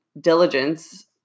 diligence